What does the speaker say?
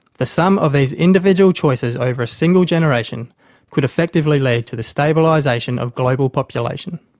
the sum of these individual choices over a single generation could effectively lead to the stabilisation of global population.